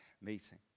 meeting